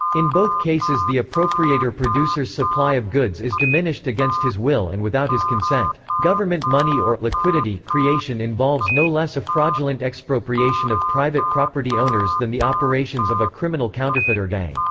in both cases the owner-producer's supply of goods is diminished against his will and without his consent. government money or liquidity creation involves no less a fraudulent expropriation of private property owners than the operations of a criminal counterfeiting gang.